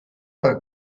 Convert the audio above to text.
per